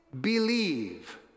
believe